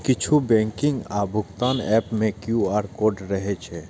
किछु बैंकिंग आ भुगतान एप मे क्यू.आर कोड रहै छै